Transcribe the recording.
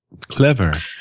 Clever